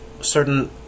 certain